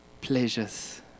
pleasures